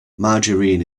margarine